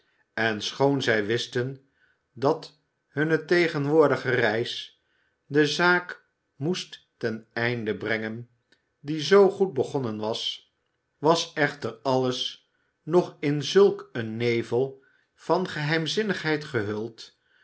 en schoon zij wisten dat hunne tegenwoordige reis de zaak moest ten einde brengen die zoo goed begonnen was was echter alles nog in zulk een nevel van geheimzinnigheid gehuld